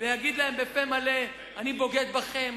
ויגיד להם בפה מלא: אני בוגד בכם,